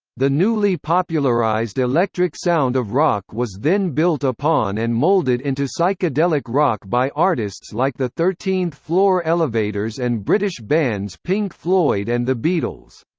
the newly popularized electric sound of rock was then built upon and molded into psychedelic rock by artists like the thirteenth floor elevators and british bands pink floyd and the beatles.